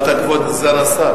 כבוד השר,